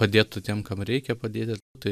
padėtų tiem kam reikia padėti tai